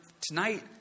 tonight